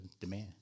demand